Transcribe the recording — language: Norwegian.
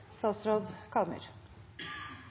statsråd